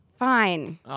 Fine